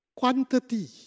Quantity